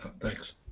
Thanks